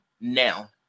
now